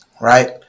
Right